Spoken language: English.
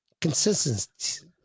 Consistency